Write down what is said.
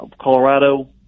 Colorado